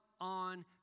on